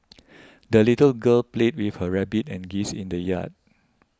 the little girl played with her rabbit and geese in the yard